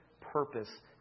purpose